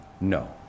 no